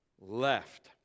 left